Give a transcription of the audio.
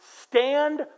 stand